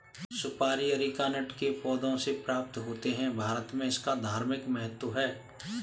सुपारी अरीकानट के पौधों से प्राप्त होते हैं भारत में इसका धार्मिक महत्व है